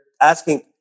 asking